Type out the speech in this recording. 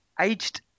aged